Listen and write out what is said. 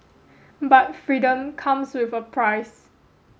but freedom comes with a price